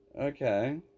Okay